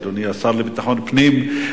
אדוני השר לביטחון פנים,